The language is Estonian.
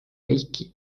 kõiki